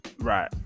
Right